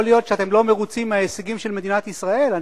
יכול להיות שאתם לא מרוצים מההישגים של מדינת ישראל.